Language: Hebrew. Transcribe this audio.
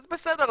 אז בסדר,